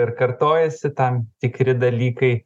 ir kartojasi tam tikri dalykai